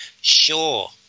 sure